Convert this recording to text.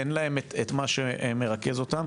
אין להן מה שמרכז אותן,